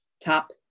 top